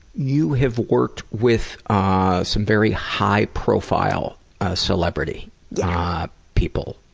you have worked with ah some very high-profile celebrity people.